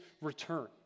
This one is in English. return